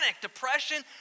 depression